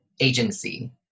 agency